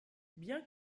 bien